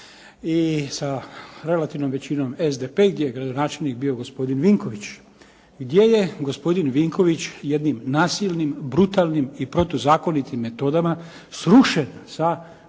i sa relativnom većinom SDP gdje je gradonačelnik bio gospodin Vinković. Gdje je gospodin Vinković jednim nasilnim, brutalnim i protuzakonitim metodama srušen sa mjesta